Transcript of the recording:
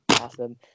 awesome